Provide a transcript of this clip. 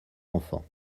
enfants